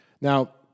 Now